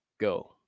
go